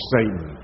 Satan